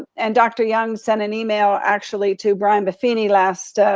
and dr. young sent an email actually, to brian buffini last